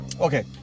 okay